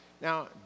Now